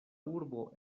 urbo